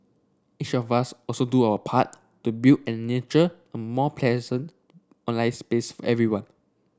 each of us also do our part to build and nurture a more pleasant online space for everyone